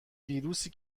ویروسی